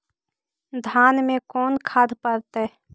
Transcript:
धान मे कोन खाद पड़तै?